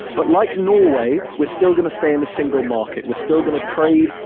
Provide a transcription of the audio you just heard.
but like norway, we're still going to stay in the single market. we're still going to trade,